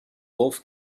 golf